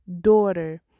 daughter